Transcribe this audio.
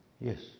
Yes